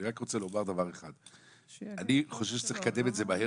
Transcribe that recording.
אני חושב שצריך לקדם את החוק הזה מהר,